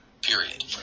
period